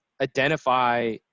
identify